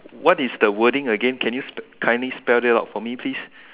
what is the wording again can you spell kindly spell it out for me please